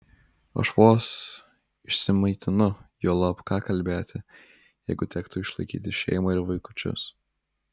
aš vos išsimaitinu juolab ką kalbėti jeigu tektų išlaikyti šeimą ir vaikučius